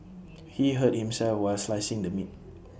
he hurt himself while slicing the meat